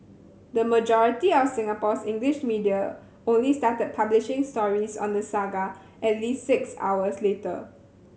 the majority of Singapore's English media only started publishing stories on the saga at least six hours later